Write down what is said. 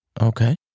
Okay